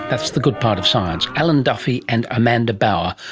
that's the good part of science. alan duffy and amanda bauer,